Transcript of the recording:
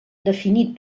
definit